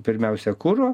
pirmiausia kuro